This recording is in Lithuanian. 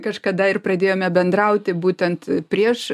kažkada ir pradėjome bendrauti būtent prieš